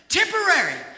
temporary